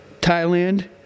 Thailand